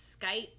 Skype